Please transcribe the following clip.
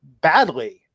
badly